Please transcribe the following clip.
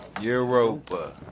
Europa